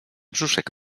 brzuszek